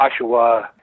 Oshawa